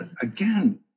Again